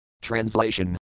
Translation